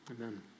Amen